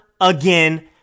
again